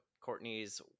courtney's